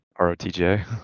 ROTJ